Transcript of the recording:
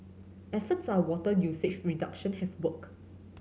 efforts are water usage reduction have worked